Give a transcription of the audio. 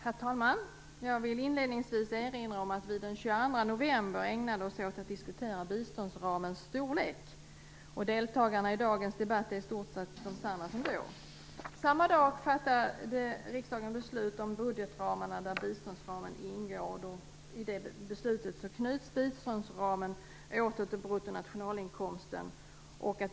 Herr talman! Jag vill inledningsvis påpeka att vi den 22 november ägnade vi oss åt att diskutera biståndsramens storlek. Deltagarna i dagens debatt är i stort sett desamma som då. Samma dag fattade riksdagen beslut om budgetramarna, där biståndsramen ingår. I beslutet knyts biståndsramen åter till bruttonationalinkomsten.